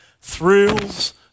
Thrills